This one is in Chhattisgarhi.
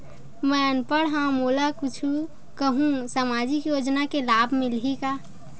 मैं अनपढ़ हाव मोला कुछ कहूं सामाजिक योजना के लाभ मिलही का?